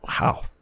Wow